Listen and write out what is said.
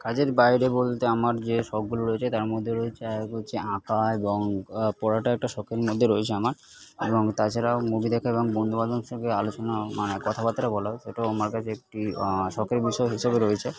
কাজের বাইরে বলতে আমার যে শখগুলো রয়েছে তার মধ্যে রয়েছে এক হচ্ছে আঁকা এবং পড়াটা একটা শখের মধ্যে রয়েছে আমার এবং তাছাড়াও মুভি দেখা এবং বন্ধু বান্ধবের সঙ্গে আলোচনা মানে কথাবাত্রা বলা সেটাও আমার কাছে একটি শখের বিষয় হিসাবে রয়েছে